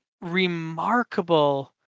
remarkable